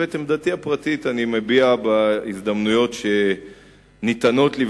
ואת עמדתי הפרטית אני מביע בהזדמנויות שניתנות לי,